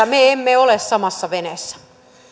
me emme ole samassa veneessä